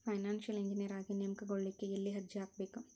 Financial engineer ಆಗಿ ನೇಮಕಗೊಳ್ಳಿಕ್ಕೆ ಯೆಲ್ಲಿ ಅರ್ಜಿಹಾಕ್ಬೇಕು?